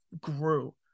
grew